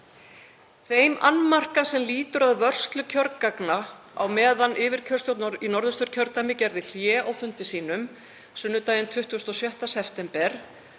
Þeim annmarka sem lýtur að vörslu kjörgagna á meðan yfirkjörstjórn í Norðvesturkjördæmi gerði hlé á fundi sínum sunnudaginn 26. september